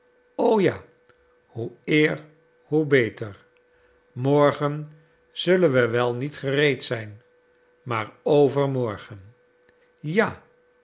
o ja hoe eer hoe beter morgen zullen we wel niet gereed zijn maar overmorgen ja